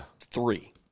three